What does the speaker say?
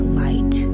light